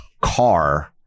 car